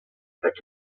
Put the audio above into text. faig